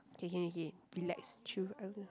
K K K relax chill I will